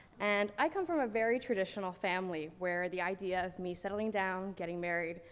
and i come from a very traditional family, where the idea of me settling down, getting married,